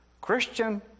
Christian